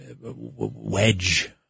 wedge